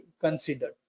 considered